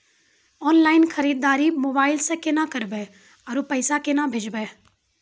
Online खरीददारी mobile से केना करबै, आरु पैसा केना भेजबै?